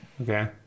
Okay